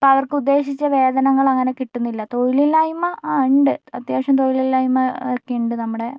അവർക്ക് ഉദ്ദേശിച്ച വേതനങ്ങൾ അങ്ങനെ കിട്ടുന്നില്ല തൊഴിലില്ലായ്മ ഉണ്ട് അത്യാവശം തൊഴിലില്ലായ്മ ഒക്കെയുണ്ട് നമ്മുടെ